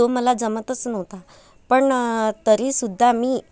तो मला जमतच नव्हता पण तरी सुद्धा मी